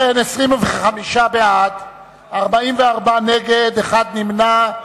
ובכן, 25 בעד, 44 נגד ונמנע אחד,